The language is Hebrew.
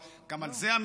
גם זה נמצא עכשיו בוויכוח,